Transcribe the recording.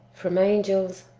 from angels,